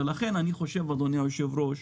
לכן אני חושב, אדוני היושב-ראש,